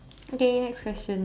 okay next question